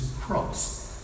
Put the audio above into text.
cross